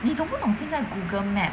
你懂不懂现在 Google maps